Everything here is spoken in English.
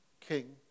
king